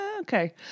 okay